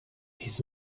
his